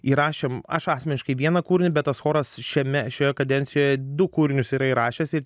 įrašėm aš asmeniškai vieną kūrinį bet tas choras šiame šioje kadencijoje du kūrinius yra įrašęs ir